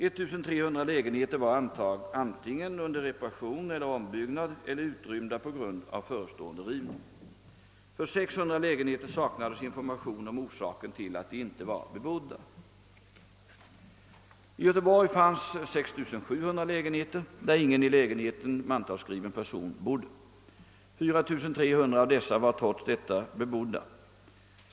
1300 lägenheter var antingen under reparation eller under ombyggnad eller utrymda på grund av förestående rivning. För 600 lägenheter saknades information om orsaken till att de inte var bebodda. I Göteborg fanns 6 700 lägenheter där ingen i lägenheten mantalsskriven person bodde. 4 300 av dessa var trots dettabeboddä.